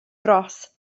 dros